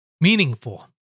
meaningful